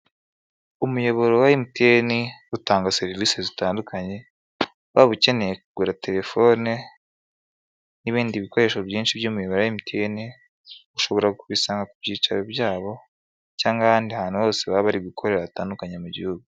Umuyoboro wa MTN utanga serivise zitandukanye, waba ukeneye kugura telefone, n'ibindi bikoresho byinshi by'umuyoboro wa MTN, ushobora kubasanga ku byicaro byabo, cyangwa ahandi hantu hose baba bari gukorera hatandukanye mu gihugu.